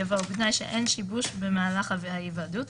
יבוא "ובתנאי שאין שיבוש במהלך ההיוועדות.